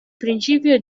principio